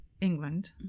england